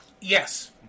Yes